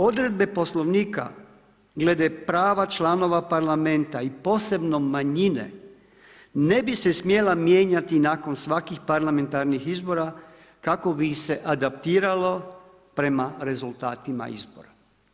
Odredbe Poslovnika glede prava članova parlamenta i posebno manjine ne bi se smjela mijenjati nakon svakih parlamentarnih izbora kako bi se adaptiralo prema rezultatima izbora.